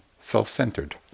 self-centered